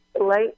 light